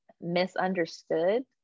misunderstood